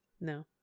No